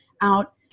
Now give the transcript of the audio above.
out